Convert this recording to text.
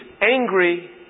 angry